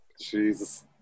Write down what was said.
jesus